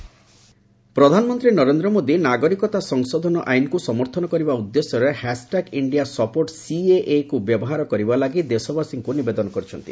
PM CAA ପ୍ରଧାନମନ୍ତ୍ରୀ ନରେନ୍ଦ୍ର ମୋଦୀ ନାଗରିକତା ସଂଶୋଧନ ଆଇନ୍କୁ ସମର୍ଥନ କରିବା ଉଦ୍ଦେଶ୍ୟରେ ହାସ୍ଟାଗ୍ ଇଣ୍ଡିଆ ସପୋର୍ଟ ସିଏଏକୃ ବ୍ୟବହାର କରିବା ଲାଗି ଦେଶବାସୀଙ୍କୁ ନିବେଦନ କରିଛନ୍ତି